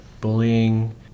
bullying